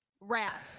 rat